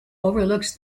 overlooks